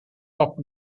top